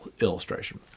illustration